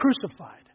crucified